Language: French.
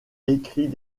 écrit